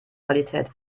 qualität